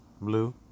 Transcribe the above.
Blue